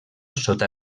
sota